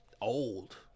old